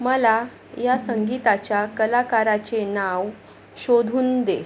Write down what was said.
मला या संगीताच्या कलाकाराचे नाव शोधून दे